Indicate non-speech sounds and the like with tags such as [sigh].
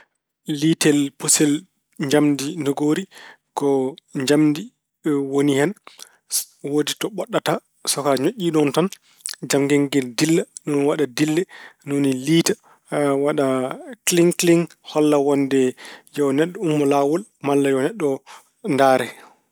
Liitel, puccel njamndi ndogoori ko njamndi woni hen. Woodi to ɓoɗɗata, so ko a ñoƴƴii ɗoon tan jamngel ngel dilla, ɗum waɗa dille. Ni woni liita, [hesitation] wona kiliŋ kiliŋ, holla wonde yo neɗɗo ummo laawol malla yo neɗɗo ndaare.